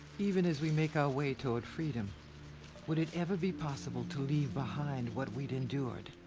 even as we make our way toward freedom would it ever be possible to leave behind what we'd endured?